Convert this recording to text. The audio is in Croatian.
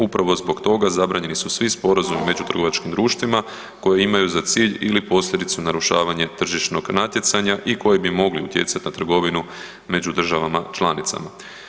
Upravo zbog toga zabranjeni su svi sporazumi među trgovačkim društvima koji imaju za cilj ili posljedicu narušavanje tržišnog natjecanja i koji bi mogli utjecati na trgovinu među državama članicama.